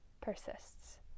persists